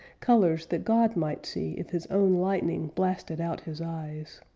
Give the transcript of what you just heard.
colors that god might see if his own lightning blasted out his eyes.